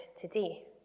today